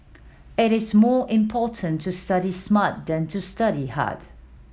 it is more important to study smart than to study hard